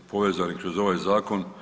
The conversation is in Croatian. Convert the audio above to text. povezani kroz ovaj zakon.